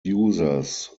users